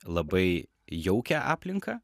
labai jaukią aplinką